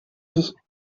dit